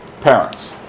parents